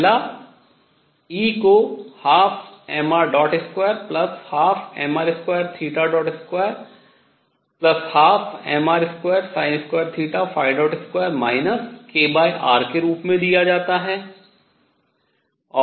पहला E को 12mr212mr2212mr22 kr के रूप में दिया जाता है